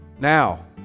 now